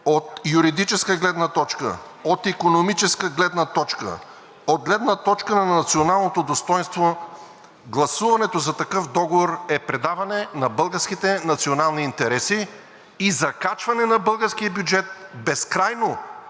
от юридическа гледна точка, от икономическа гледна точка, от гледна точка на националното достойнство, гласуването за такъв договор е предаване на българските национални интереси и закачване на българския бюджет безкрайно